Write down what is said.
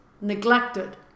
neglected